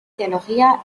teología